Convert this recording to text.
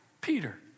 Peter